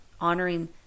honoring